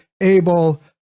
able